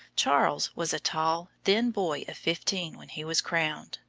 charles was a tall, thin boy of fifteen when he was crowned.